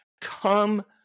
come